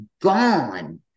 gone